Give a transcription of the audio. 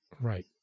Right